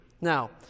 Now